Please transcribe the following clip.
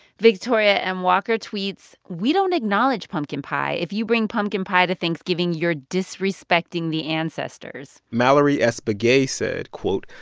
victoria m. walker tweets, we don't acknowledge pumpkin pie. if you bring pumpkin pie to thanksgiving, you're disrespecting the ancestors mallory s. begay said, quote,